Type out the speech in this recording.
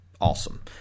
Awesome